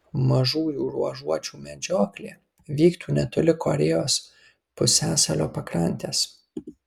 mažųjų ruožuočių medžioklė vyktų netoli korėjos pusiasalio pakrantės